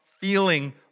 feeling